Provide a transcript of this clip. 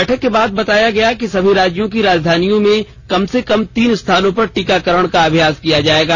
बैठक के बाद बताया गया कि सभी राज्यों की राजधानियों में कम से कम तीन स्थानों पर टीकाकरण का अभ्यास किया जाएगा